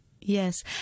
Yes